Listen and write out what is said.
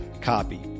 copy